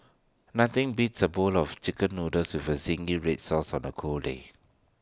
nothing beats A bowl of Chicken Noodles with Zingy Red Sauce on A cold day